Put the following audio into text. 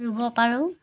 ৰুব পাৰোঁ